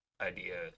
idea